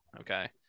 Okay